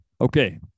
Okay